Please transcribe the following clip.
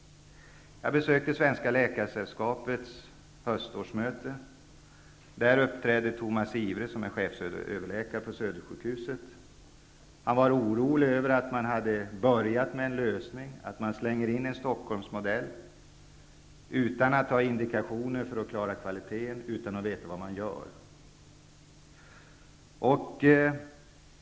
Jag besökte Svenska Läkaresällskapets höstmöte. Där uppträdde Tomas Ihre, som är chefsöverläkare på Södersjukhuset. Han var orolig över den lösning som hade börjat användas, dvs. Stockholmsmodellen, utan att det fanns några indikationer om att kvaliteten skulle upprätthållas och i övrigt veta vad som gjordes.